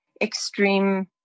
extreme